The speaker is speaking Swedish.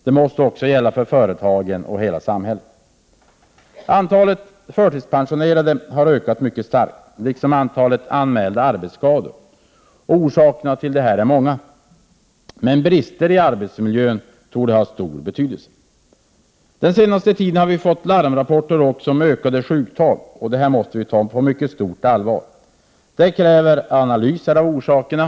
Det måste gälla även för företagen och hela samhället. Antalet förtidspensionerade har ökat mycket starkt, liksom antalet anmälda arbetsskador. Orsakerna till detta är många, men brister i arbetsmiljön torde ha stor betydelse. Den senaste tiden har vi fått larmrapporter om ökade sjuktal. Detta måste vi ta på mycket stort allvar. Det kräver analyser av orsakerna.